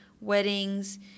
weddings